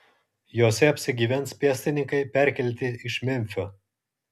jose apsigyvens pėstininkai perkelti iš memfio